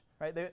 right